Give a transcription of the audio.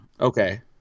Okay